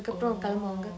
orh